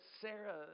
Sarah